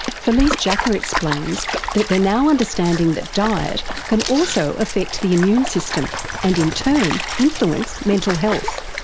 felice jacka explains that they're now understanding that diet can also affect the immune system and in turn influence mental health.